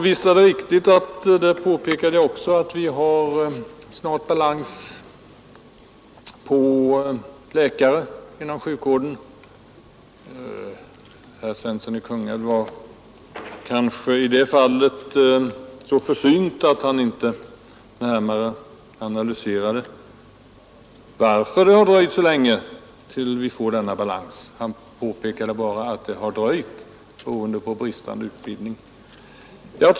Visst är det riktigt — det påpekade också jag — att vi snart skall ha balans på läkare inom sjukvården. Herr Svensson i Kungälv var kanske i det fallet så försiktig att han inte närmare analyserade varför det dröjt så länge tills vi får denna balans. Han påpekade bara att det har dröjt beroende på bristande utbildning.